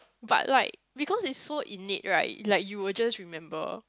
but like because it so in need right like you will just remember